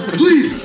please